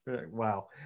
wow